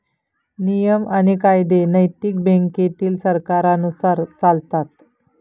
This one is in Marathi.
नियम आणि कायदे नैतिक बँकेतील सरकारांनुसार चालतात